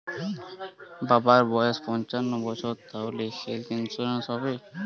বাবার বয়স পঞ্চান্ন বছর তাহলে হেল্থ ইন্সুরেন্স হবে?